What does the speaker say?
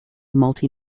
multi